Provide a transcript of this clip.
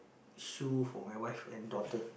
shoe for my wife and daughter